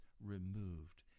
removed